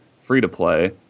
free-to-play